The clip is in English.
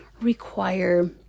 require